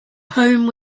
home